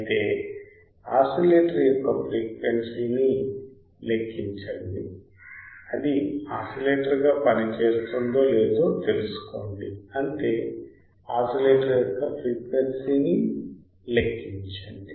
అయితే ఆసిలేటర్ యొక్క ఫ్రీక్వెన్సీని లెక్కించండి అది ఆసిలేటర్గా పనిచేస్తుందో లేదో తెలుసుకోండి అంతే ఆసిలేటర్ యొక్క ఫ్రీక్వెన్సీని లెక్కించండి